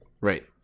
Right